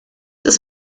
ist